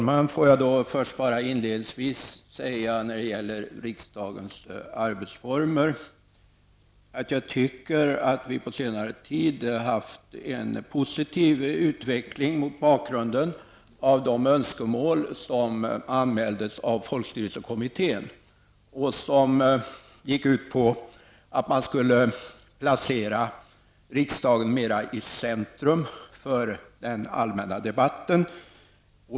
Herr talman! När det gäller riksdagens arbetsformer vill jag inledningsvis säga att vi på senare tid haft en positiv utveckling mot bakgrund av de önskemål som anmäldes av folkstyrelsekommittén. De gick ut på att riksdagen skulle placeras mer i centrum för den allmänna debatten.